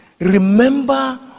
Remember